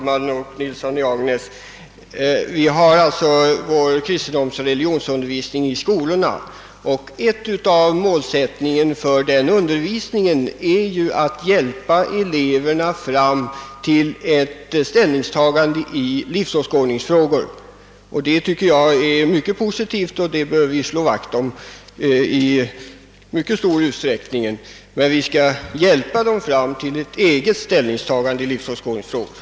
Herr talman! Till herr Nilsson i Agnäs vill jag säga att en del av målsättningen för kristendomsoch religionsundervisningen i skolorna är att hjälpa eleverna fram till ett ställningstagande i livsåskådningsfrågor. Det tycker jag är positivt och det bör vi slå vakt om i mycket stor utsträckning. Men vi skall hjälpa dem fram till ett eget ställningstagande i dessa frågor.